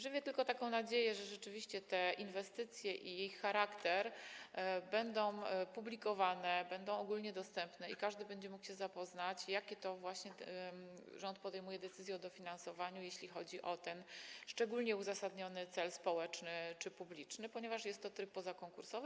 Żywię tylko taką nadzieję, że rzeczywiście te inwestycje i ich charakter będą publikowane, będą ogólnie dostępne i każdy będzie mógł się zapoznać, jakie to rząd podejmuje decyzje o dofinansowaniu, jeśli chodzi o ten szczególnie uzasadniony cel społeczny czy publiczny, ponieważ jest to tryb pozakonkursowy.